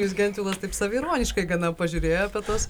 jūs gentvilas taip save ironiškai gana pažiūrėjo apie tuos